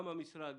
גם המשרד,